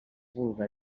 vulga